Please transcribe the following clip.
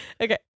Okay